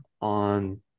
on